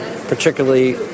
particularly